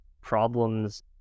problems